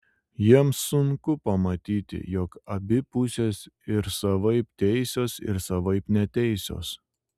jiems sunku pamatyti jog abi pusės ir savaip teisios ir savaip neteisios